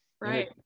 right